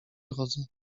drodze